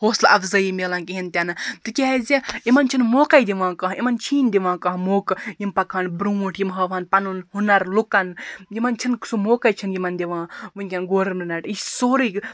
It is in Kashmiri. حوصلہٕ اَفزٲیی میلان کِہیٖنٛۍ تہِ نہٕ تِکیٛازِ یِمن چھُنہٕ موقعے دِوان کانٛہہ یِمن چھُے نہٕ دِوان کانٛہہ موقعہٕ یِم پَکہَن برٛونٛٹھ یِم ہاوٕہَن پَنُن ہُنَر لوٗکَن یمن چھِنہٕ سُہ موقعے چھِنہٕ یِمن دِوان وُنکیٚن گورمِنَٹ یہِ چھُ سورُے